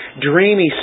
dreamy